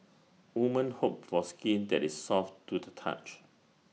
woman hope for skin that is soft to the touch